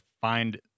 find